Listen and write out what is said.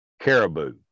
caribou